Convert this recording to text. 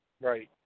Right